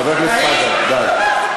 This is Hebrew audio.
חבר הכנסת חזן, די.